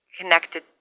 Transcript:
connected